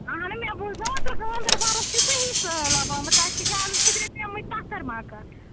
اَہَنُو مےٚ نہ بوٗزوا اوترٕ گاندَربَلَس چھُ صحیح سہلاب آمُت تَتہِ چھِ گرٕ زٕ ترٛےٚ پیٚمٕتۍ پَتھر مَکان